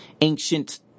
ancient